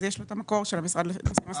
יש לו את המקור של המשרד לנושאים אסטרטגיים.